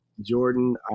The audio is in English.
jordan